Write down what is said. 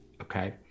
okay